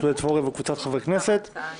התשפ"א- 2020,